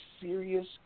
serious